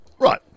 Right